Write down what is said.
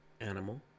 animal